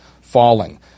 falling